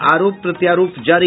आरोप प्रत्यारोप जारी